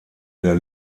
der